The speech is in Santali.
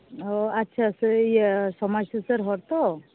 ᱚ ᱟᱪᱪᱷᱟ ᱥᱮᱭ ᱤᱭᱟᱹ ᱥᱚᱢᱟᱡᱽ ᱥᱩᱥᱟᱹᱨ ᱦᱚᱲ ᱛᱚ